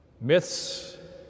Myths